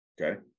Okay